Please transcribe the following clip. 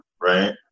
right